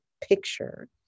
picture